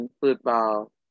football